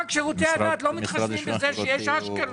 רק שירותי הדת לא מתחשבים בזה שיש אשקלון